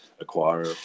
acquire